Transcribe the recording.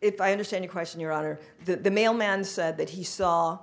if i understand the question your honor the mailman said that he saw